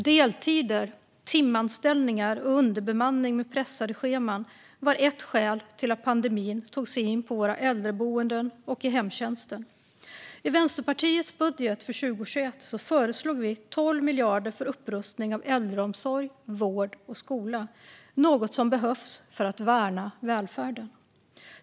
Deltider, timanställningar och underbemanning med pressade scheman var några skäl till att smittan tog sig in på våra äldreboenden och i hemtjänsten. I Vänsterpartiets budget för 2021 föreslog vi 12 miljarder för upprustning av äldreomsorg, vård och skola, något som behövs för att värna välfärden.